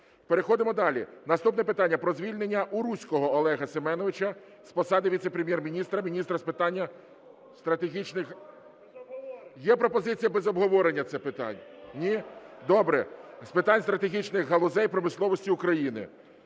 Переходимо далі. Наступне питання: про звільнення Уруського Олега Семеновича з посади Віце-прем'єр-міністра – Міністра з питань стратегічних… Є пропозиція - без обговорення це питання. Ні? Добре. …З питань стратегічних галузей промисловості України.